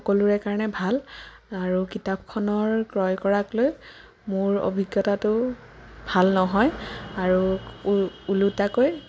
সকলোৰে কাৰণে ভাল আৰু কিতাপখনৰ ক্ৰয় কৰাক লৈ মোৰ অভিজ্ঞতাটো ভাল নহয় আৰু ওলোটাকৈ